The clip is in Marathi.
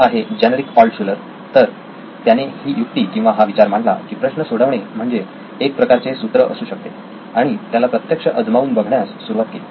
हा आहे जेनरिक ऑल्टशुलर तर त्याने ही युक्ती किंवा हा विचार मांडला की प्रश्न सोडवणे म्हणजे एक प्रकारचे सूत्र असू शकते आणि त्याला प्रत्यक्ष अजमावून बघण्यास सुरुवात केली